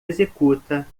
executa